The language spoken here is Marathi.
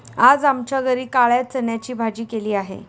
आज आमच्या घरी काळ्या चण्याची भाजी केलेली आहे